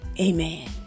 Amen